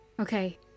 Okay